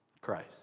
Christ